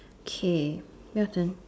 kay your turn